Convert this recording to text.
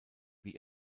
wie